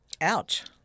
Ouch